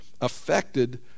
affected